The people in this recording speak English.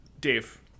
dave